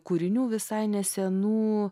kūrinių visai nesenų